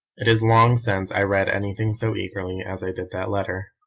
it is long since i read anything so eagerly as i did that letter.